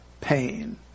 pain